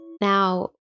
Now